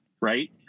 right